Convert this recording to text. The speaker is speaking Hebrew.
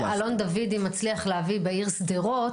מה שאלון דוידי מצליח להביא בעיר שדרות